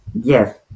Yes